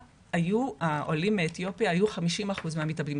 העולים מאתיופיה היו 50% מהמתאבדים,